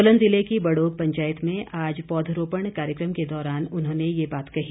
सोलन ज़िले की बड़ोग पंचायत में आज पौधरोपण कार्यक्रम के दौरान उन्होंने ये बात कही